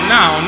Now